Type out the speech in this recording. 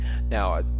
Now